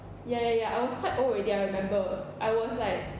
ya ya ya I was quite old already I remember I was like